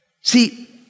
See